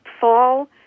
fall